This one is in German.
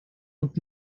und